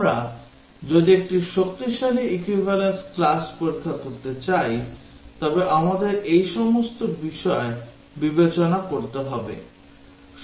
আমরা যদি একটি শক্তিশালী equivalence class পরীক্ষা করতে চাই তবে আমাদের এই সমস্ত বিষয় বিবেচনা করতে হবে